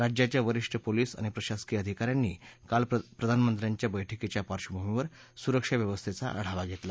राज्याच्या वरीष्ठ पोलीस आणि प्रशासकीय अधिका यांनी काल प्रधानमंत्र्यांच्या बैठकीच्या पार्श्वभूमीवर सुरक्षा व्यवस्थेचा आढावा घेतला